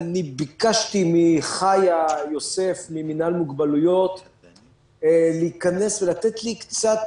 אני ביקשתי מחיה יוסף ממינהל מוגבלויות להיכנס ולתת לי קצת